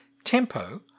tempo